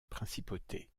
principauté